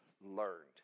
learned